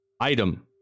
Item